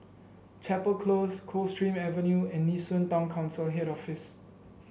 Chapel Close Coldstream Avenue and Nee Soon Town Council Head Office